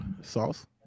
Sauce